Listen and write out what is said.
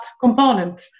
component